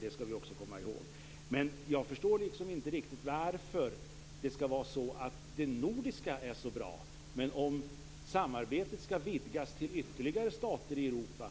Det nordiska samarbetet är bra, men jag förstår inte varför det plötsligt inte längre är bra, om det gäller att vidga det till ytterligare stater i Europa.